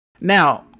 Now